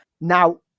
Now